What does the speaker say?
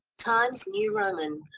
times new roman.